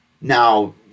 Now